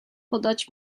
podać